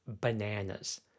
bananas